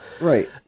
Right